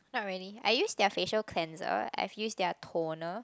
not really I have used their facial cleanser I have used their toner